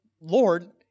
Lord